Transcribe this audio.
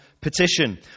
petition